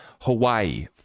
Hawaii